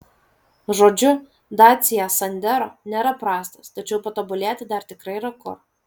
žodžiu dacia sandero nėra prastas tačiau patobulėti dar tikrai yra kur